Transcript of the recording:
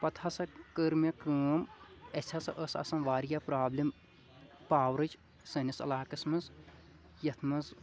پَتہٕ ہسا کٔر مےٚ کٲم اَسہِ ہسا ٲس آسان واریاہ پرٛابلِم پاورٕچ سٲنِس علاقَس منٛز یَتھ منٛز